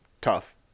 Tough